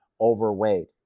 overweight